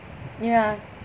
ya